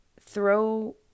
throw